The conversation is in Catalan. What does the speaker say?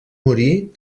morir